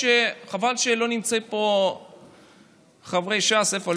חבל שלא נמצאים פה חברי ש"ס, איפה?